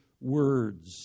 words